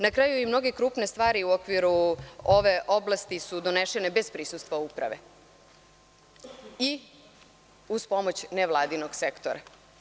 Na kraju, i mnoge krupne stvari u okviru ove oblasti su donesene bez prisustva Uprave i uz pomoć nevladinog sektora.